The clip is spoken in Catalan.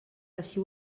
així